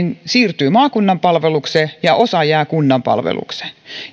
siirtyy maakunnan palvelukseen ja osa jää kunnan palvelukseen